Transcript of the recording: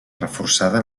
reforçada